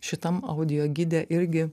šitam audio gide irgi